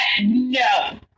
no